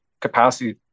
capacity